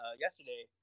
yesterday